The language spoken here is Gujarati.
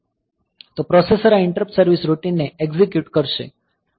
તો પ્રોસેસર આ ઈંટરપ્ટ સર્વીસ રૂટિનને એક્ઝિક્યુટ કરશે